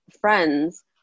friends